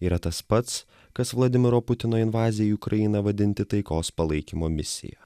yra tas pats kas vladimiro putino invaziją į ukrainą vadinti taikos palaikymo misija